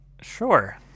Sure